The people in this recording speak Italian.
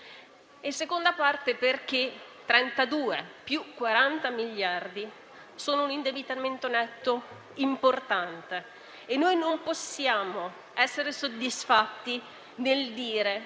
secondo luogo, perché 32 miliardi più 40 miliardi sono un indebitamento netto importante e noi non possiamo essere soddisfatti nel dire che